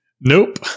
Nope